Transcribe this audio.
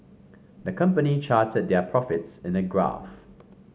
the company charted their profits in a graph